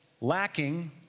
lacking